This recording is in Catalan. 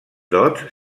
dots